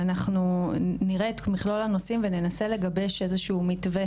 ואנחנו נראה את מכלול הנושאים וננסה לגבש איזשהו מתווה